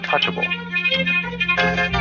untouchable